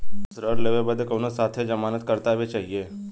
ऋण लेवे बदे कउनो साथे जमानत करता भी चहिए?